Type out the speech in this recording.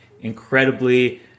incredibly